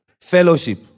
Fellowship